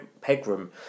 Pegram